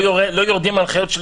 לא יורדות ההנחיות,